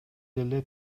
деле